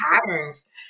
patterns